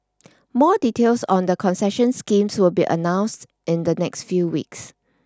more details on the concession schemes will be announced in the next few weeks